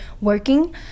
working